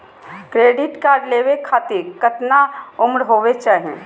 Credit card लेवे खातीर कतना उम्र होवे चाही?